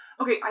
Okay